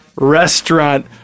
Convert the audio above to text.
Restaurant